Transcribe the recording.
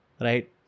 Right